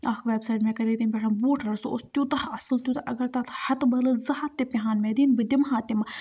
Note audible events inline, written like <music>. أکھ وٮ۪بسایٹ مےٚ کَرے تَمہِ پٮ۪ٹھ بوٗٹ <unintelligible> سُہ اوس تیوٗتاہ اَصٕل تیوٗتاہ اگر تَتھ ہَتہٕ بدلہٕ زٕ ہَتھ تہِ پیٚیہِ ہَن مےٚ دِنۍ بہٕ دِمہٕ ہا تِمہٕ